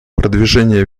продвижение